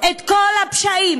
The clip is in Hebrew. את כל הפשעים,